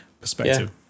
perspective